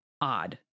odd